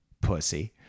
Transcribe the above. pussy